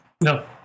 No